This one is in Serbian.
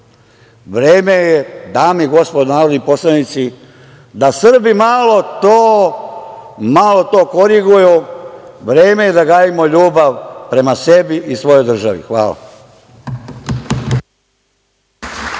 je, dame i gospodo narodni poslanici, da Srbi malo to koriguju, vreme je da gajimo ljubav prema sebi i svojoj državi. Hvala.